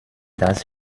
das